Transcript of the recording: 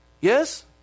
Yes